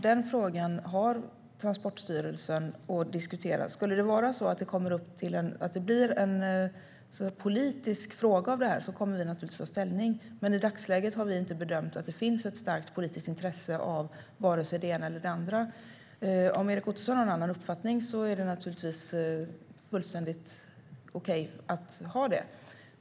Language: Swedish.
Det är Transportstyrelsen som ska diskutera denna fråga. Om det skulle bli en politisk fråga av detta kommer vi naturligtvis att ta ställning till den. Men i dagsläget har vi inte bedömt att det finns ett starkt politiskt intresse av vare sig det ena eller det andra. Om Erik Ottoson har en annan uppfattning är det naturligtvis helt okej att ha det.